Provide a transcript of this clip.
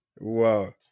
Wow